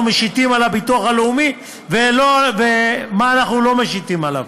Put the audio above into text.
משיתים על הביטוח הלאומי ומה אנחנו לא משיתים עליו.